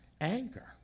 anger